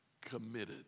committed